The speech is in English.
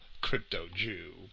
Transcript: crypto-Jew